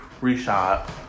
reshot